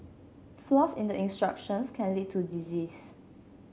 flaws in the instructions can lead to disease